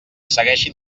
segueixi